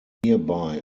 nearby